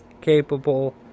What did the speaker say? capable